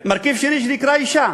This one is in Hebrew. מרכיב שני שנקרא אישה.